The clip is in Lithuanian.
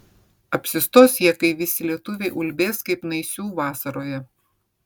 apsistos jie kai visi lietuviai ulbės kaip naisių vasaroje